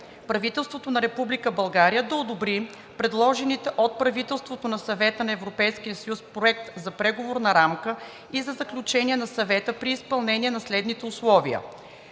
Правителството на Република България да одобри предложените от Председателството на Съвета на ЕС Проект за Преговорна рамка и за Заключение на Съвета при изпълнение на следните условия: